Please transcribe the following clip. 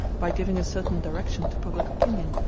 by giving a certain direction to public opinion,